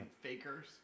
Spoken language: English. fakers